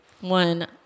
One